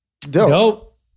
Dope